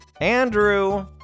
Andrew